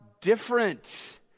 different